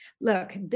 look